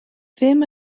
ddim